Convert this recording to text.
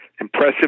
impressive